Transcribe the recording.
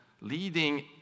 leading